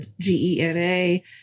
G-E-N-A